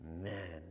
Man